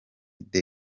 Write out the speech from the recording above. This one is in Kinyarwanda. the